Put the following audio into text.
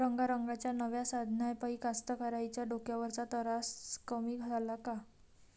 रंगारंगाच्या नव्या साधनाइपाई कास्तकाराइच्या डोक्यावरचा तरास कमी झाला का?